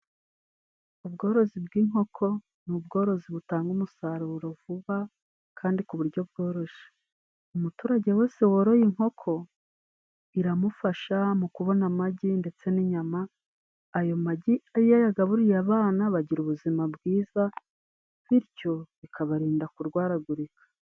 Ubworozi bw'inkoko ni ubworozi butanga umusaruro vuba kandi ku buryo bworoshe. Umuturage wese woroye inkoko, iramufasha mu kubona amagi ndetse n'inyama. Ayo magi iyo ayagaburiye abana, bagira ubuzima bwiza bityo bikabarinda kurwaragurika.